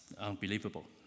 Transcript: unbelievable